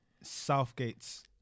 Southgate's